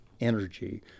energy